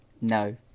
No